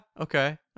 okay